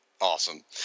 Awesome